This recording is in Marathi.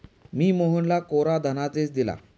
मी मोहनला कोरा धनादेश दिला